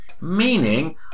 Meaning